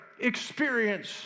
experience